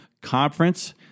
conference